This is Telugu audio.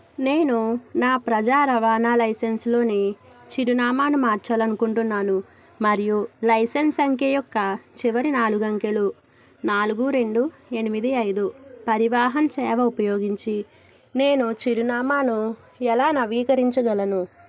నేను నా ప్రజా రవాణా లైసెన్స్లోని చిరునామాను మార్చాలి అనుకుంటున్నాను మరియు లైసెన్స్ సంఖ్య యొక్క చివరి నాలుగు అంకెలు నాలుగు రెండు ఎనిమిది ఐదు పరివాహన్ సేవ ఉపయోగించి నేను చిరునామాను ఎలా నవీకరించగలను